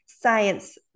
science